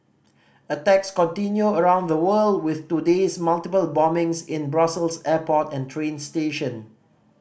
attacks continue around the world with today's multiple bombings in Brussels airport and train station